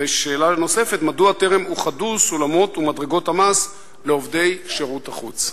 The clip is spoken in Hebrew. ושאלה נוספת: מדוע טרם אוחדו סולמות ומדרגות המס לעובדי שירות החוץ?